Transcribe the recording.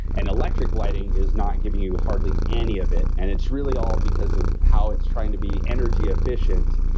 and electric lighting is not giving you hardly any of it. and it's really all because of how it's trying to be energy efficient.